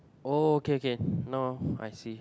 oh okay okay now I see